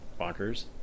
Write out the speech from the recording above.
bonkers